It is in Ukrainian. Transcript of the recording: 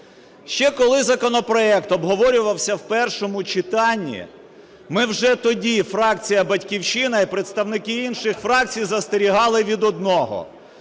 Ще коли законопроект обговорювався в першому читанні, ми вже тоді, фракція "Батьківщина" і представники інших фракцій, застерігали від одного: